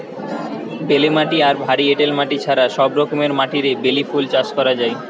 বেলে মাটি আর ভারী এঁটেল মাটি ছাড়া সব রকমের মাটিরে বেলি ফুল চাষ করা যায়